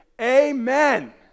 amen